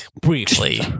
briefly